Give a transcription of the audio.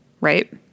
Right